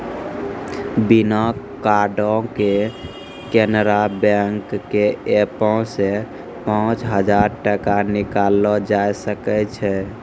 बिना कार्डो के केनरा बैंक के एपो से पांच हजार टका निकाललो जाय सकै छै